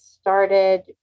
started